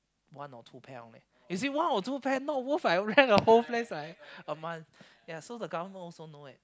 one or two pair only you see one or two pair not worth I rent the whole place like a month so the government also know that